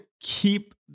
Keep